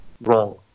wrong